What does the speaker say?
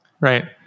Right